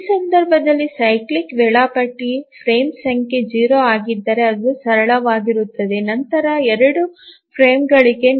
ಈ ಸಂದರ್ಭದಲ್ಲಿ ಸೈಕ್ಲಿಂಗ್ ವೇಳಾಪಟ್ಟಿ ಫ್ರೇಮ್ ಚದರವಾಗಿಸಂಖ್ಯೆ ಆಗಿದ್ದರೆ ಅದು ಸರಳವಾಗಿರುತ್ತದೆ ನಂತರ ಎರಡು ಫ್ರೇಮ್ಗಳಿವೆ